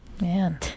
man